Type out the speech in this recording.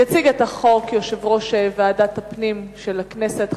יציג את החוק יושב-ראש ועדת הפנים של הכנסת,